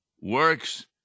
works